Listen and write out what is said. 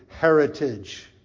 heritage